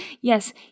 yes